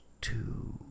two